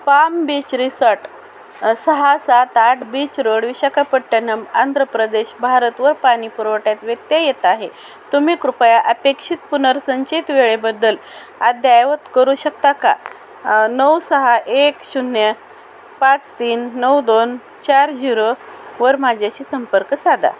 palm Beach Resort सहा सात आठ बीच रोड विशाखापट्टणम आंध्र प्रदेश भारत वर पाणी पुरवठ्यात व्यत्यय येत आहे तुम्ही कृपया अपेक्षित पुनर्संचित वेळेबद्दल अध्यावत करू शकता का नऊ सहा एक शून्य पाच तीन नऊ दोन चार झिरो वर माझ्याशी संपर्क सादा